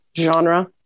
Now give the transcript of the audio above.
genre